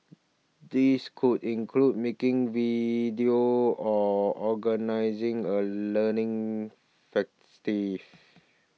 these could include making video or organising a learning festive